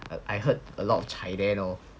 and I heard a lot of chai neh